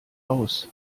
aus